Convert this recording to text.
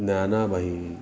Dnyanabai